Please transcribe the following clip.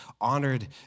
honored